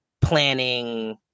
planning